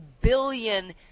billion